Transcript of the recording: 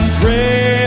pray